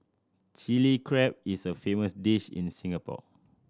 Chilli Crab is a famous dish in Singapore